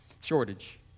Shortage